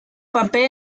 papel